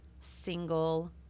single